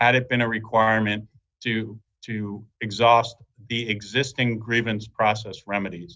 and it been a requirement to to exhaust the existing grievance process remedies